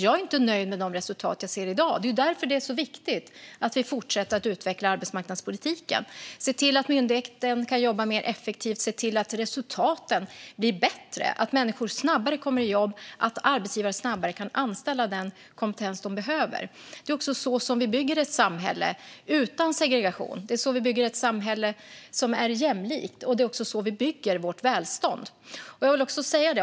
Jag är inte nöjd med de resultat jag ser i dag, och det är därför som det är så viktigt att vi fortsätter att utveckla arbetsmarknadspolitiken och se till att myndigheten kan jobba mer effektivt, se till att resultaten blir bättre och att människor snabbare kommer i jobb liksom att arbetsgivare snabbare kan anställa den kompetens de behöver. Det är också så vi bygger ett samhälle utan segregation. Det är så vi bygger ett samhälle som är jämlikt, och det är så vi bygger vårt välstånd.